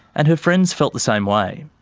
and her friends felt the same way.